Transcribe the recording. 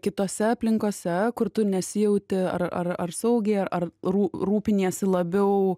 kitose aplinkose kur tu nesijauti ar ar ar saugiai ar rū rūpiniesi labiau